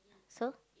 so